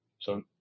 So-